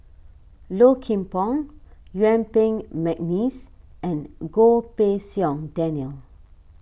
Low Kim Pong Yuen Peng McNeice and Goh Pei Siong Daniel